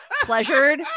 pleasured